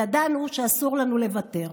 ידענו שאסור לנו לוותר.